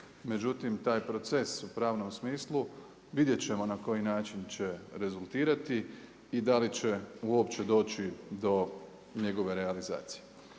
međutim taj proces u pravnom smislu vidjet ćemo na koji način će rezultirati i da li će uopće doći do njegove realizacije.